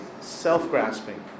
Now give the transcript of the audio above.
self-grasping